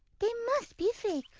they must be fake.